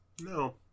No